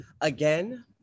again